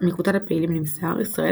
מקבוצת הפעילים נמסר "ישראל,